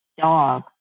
dog